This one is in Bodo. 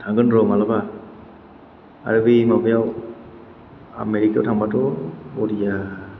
थांगोन र' मालाबा आरो बे माबायाव आमेरिकायाव थांबाथ' बरिया